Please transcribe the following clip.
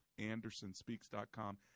AndersonSpeaks.com